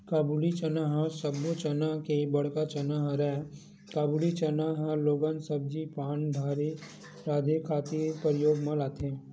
काबुली चना ह सब्बो चना ले बड़का चना हरय, काबुली चना ल लोगन सब्जी पान राँधे खातिर परियोग म लाथे